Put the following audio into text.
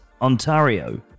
Ontario